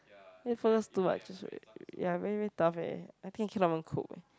then focus too much ya very very tough eh I think cannot even cope eh